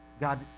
God